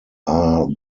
are